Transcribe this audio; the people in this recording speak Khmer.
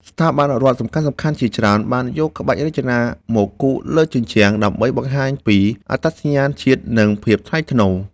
ស្ថាប័នរដ្ឋសំខាន់ៗជាច្រើនបានយកក្បាច់រចនាខ្មែរមកគូរលើជញ្ជាំង ដើម្បីបង្ហាញពីអត្តសញ្ញាណជាតិ និងភាពថ្លៃថ្នូរ។